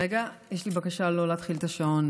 לי בקשה לא להתחיל את השעון.